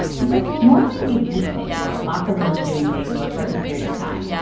he says normally we hate things that lock us into doing things for a certain period of time,